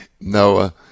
Noah